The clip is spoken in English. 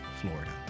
Florida